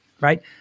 right